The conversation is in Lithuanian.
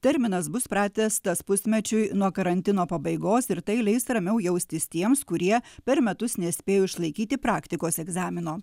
terminas bus pratęstas pusmečiui nuo karantino pabaigos ir tai leis ramiau jaustis tiems kurie per metus nespėjo išlaikyti praktikos egzamino